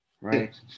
right